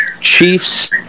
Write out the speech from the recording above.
Chiefs